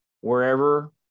wherever